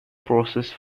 process